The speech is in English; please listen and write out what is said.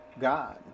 God